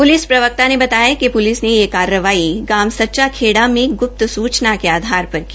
police प्रवक्ता ने बताया कि पुलि ने यह कार्रवाई गांव सच्चा खेड़ा में गूप्त सुचना के आधार पर की